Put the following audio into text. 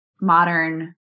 modern